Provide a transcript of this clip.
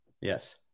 Yes